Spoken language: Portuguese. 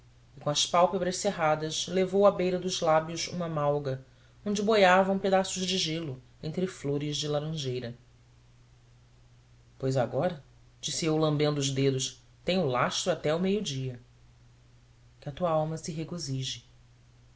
com as pálpebras cerradas levou à beira dos lábios uma malga onde boiavam pedaços de gelo entre flores de laranjeira pois agora disse eu lambendo os dedos tenho lastro até ao meio-dia que a tua alma se regozije